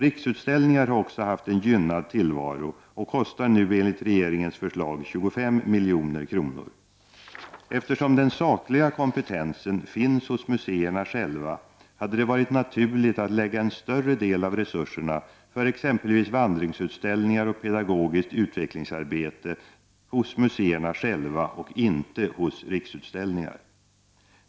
Riksutställningar har också haft en gynnad tillvaro och kostar nu enligt regeringens förslag 25 milj.kr. Eftersom den sakliga kompetensen finns hos museerna själva hade det varit naturligt att lägga en större del av resurserna för exempelvis vandringsutställningar och pedagogiskt utvecklingsarbete hos museerna själva och inte hos Riksutställningar.